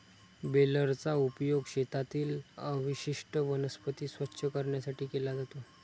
बेलरचा उपयोग शेतातील अवशिष्ट वनस्पती स्वच्छ करण्यासाठी केला जातो